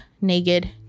naked